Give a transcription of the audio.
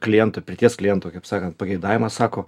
kliento pirties kliento kaip sakant pageidavimą sako